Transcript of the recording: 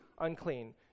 unclean